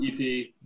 EP